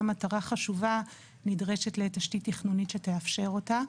מטרה חשובה נדרשת לתשתית תכנונית שתאפשר אותה.